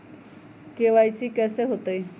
KYC कैसे होतई?